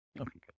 Okay